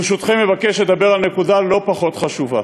ברשותכם, אני אבקש לדבר על נקודה לא פחות חשובה: